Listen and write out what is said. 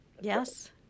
Yes